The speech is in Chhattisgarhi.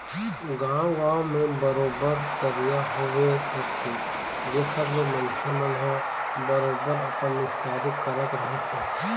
गाँव गाँव म बरोबर तरिया होबे करथे जेखर ले मनखे मन ह बरोबर अपन निस्तारी करत रहिथे